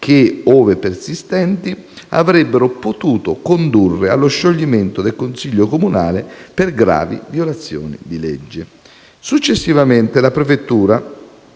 che, ove persistenti, avrebbero potuto condurre allo scioglimento del Consiglio comunale per gravi violazioni di legge. Successivamente, la prefettura